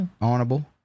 Honorable